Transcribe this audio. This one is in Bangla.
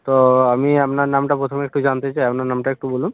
তো আমি আপনার নামটা প্রথমে একটু জানতে চাই আপনার নামটা একটু বলুন